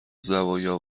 زوایا